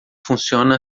funciona